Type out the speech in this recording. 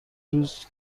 روز